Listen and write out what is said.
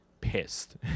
pissed